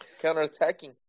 Counterattacking